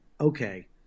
okay